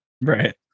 Right